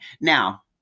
Now